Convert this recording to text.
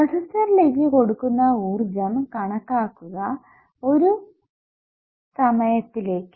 റെസിസ്റ്ററിലേക്ക് കൊടുക്കുന്ന ഊർജ്ജം കണക്കാക്കുക ഒരു സമയ അകത്തിലേക്ക്